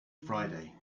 friday